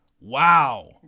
Wow